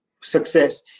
success